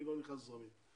אני לא נכנס לזרמים,